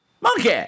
monkey